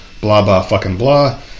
blah-blah-fucking-blah